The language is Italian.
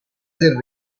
del